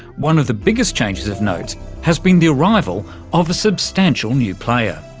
one of the biggest changes of note has been the arrival of a substantial new player.